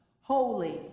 Holy